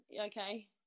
okay